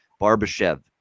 Barbashev